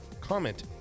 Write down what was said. comment